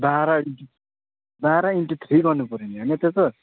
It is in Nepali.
बाह्र इन्टू बाह्र इन्टू थ्री गर्नुपर्यो नि होइन त्यो त